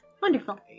Wonderful